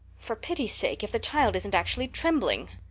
for pity's sake, if the child isn't actually trembling!